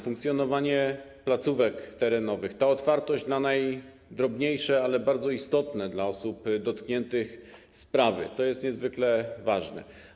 Funkcjonowanie placówek terenowych, ta otwartość na najdrobniejsze, ale bardzo istotne dla osób dotkniętych sprawy - to jest niezwykle ważne.